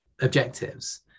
objectives